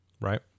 Right